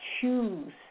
choose